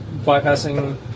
bypassing